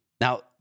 Now